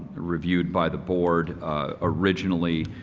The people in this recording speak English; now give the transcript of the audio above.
reviewed by the board originally.